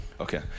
Okay